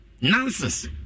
nonsense